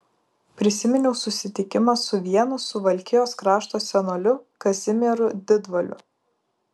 prisiminiau susitikimą su vienu suvalkijos krašto senoliu kazimieru didvaliu